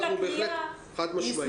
אנחנו אמורים לקבל היום בוועדה את המסמך,